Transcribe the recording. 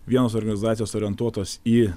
vienos organizacijos orientuotos į